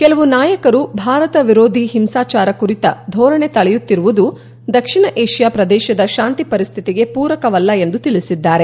ಕೆಲವು ನಾಯಕರು ಭಾರತ ವಿರೋಧಿ ಹಿಂಸಾಚಾರ ಕುರಿತ ಧೋರಣೆ ತಳೆಯುತ್ತಿರುವುದು ದಕ್ಷಿಣ ಏಷ್ಯಾ ಪ್ರದೇಶದ ಶಾಂತಿ ಪರಿಸ್ಥಿತಿಗೆ ಪೂರಕವಲ್ಲ ಎಂದು ತಿಳಿಸಿದ್ದಾರೆ